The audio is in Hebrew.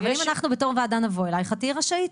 אבל אם אנחנו בתור ועדה נבוא אלייך את תהיי רשאית.